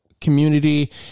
community